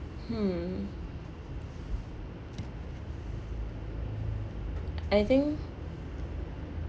hmm I think